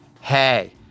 Hey